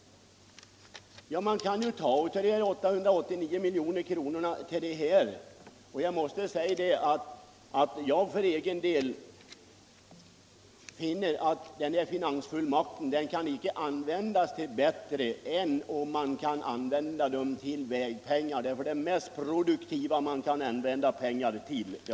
Ja, man kan ju ta av dessa 889 miljoner till detta ändamål. För egen del finner jag att denna finansfullmakt inte kan användas till någonting bättre än till vägpengar. Det är det mest produktiva man kan använda pengar till.